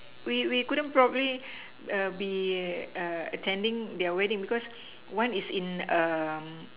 we we couldn't probably be attending their wedding because one is in